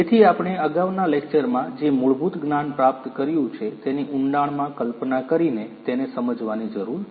તેથી આપણે અગાઉના લેકચર માં જે મૂળભૂત જ્ઞાન પ્રાપ્ત કર્યું છે તેની ઉંડાણમાં કલ્પના કરીને તેને સમજવાની જરૂર છે